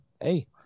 Hey